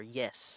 yes